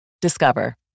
Discover